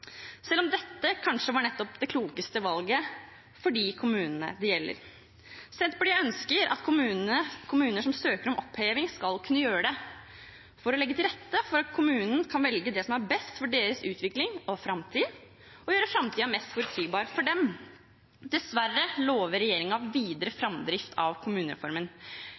selv om dette kanskje var nettopp det klokeste valget for de kommunene det gjelder. Senterpartiet ønsker at kommuner som søker om oppheving, skal kunne gjøre det, for å legge til rette for at kommunen kan velge det som er best for deres utvikling og framtid, og gjøre framtida mest forutsigbar for dem. Dessverre lover regjeringen videre framdrift av kommunereformen.